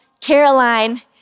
Caroline